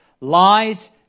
lies